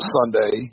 Sunday